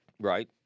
Right